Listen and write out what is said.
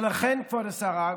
ולכן, כבוד השרה,